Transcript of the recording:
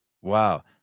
Wow